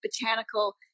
botanical